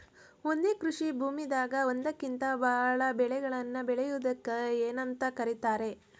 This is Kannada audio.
ಒಂದೇ ಕೃಷಿ ಭೂಮಿದಾಗ ಒಂದಕ್ಕಿಂತ ಭಾಳ ಬೆಳೆಗಳನ್ನ ಬೆಳೆಯುವುದಕ್ಕ ಏನಂತ ಕರಿತಾರೇ?